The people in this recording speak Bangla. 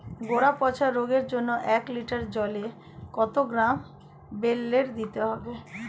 গোড়া পচা রোগের জন্য এক লিটার জলে কত গ্রাম বেল্লের দিতে হবে?